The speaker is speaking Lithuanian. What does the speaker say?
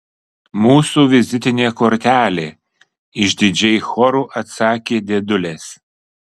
mūsų vizitinė kortelė išdidžiai choru atsakė dėdulės